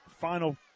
Final